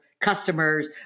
customers